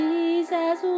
Jesus